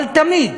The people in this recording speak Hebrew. אבל תמיד,